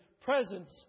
presence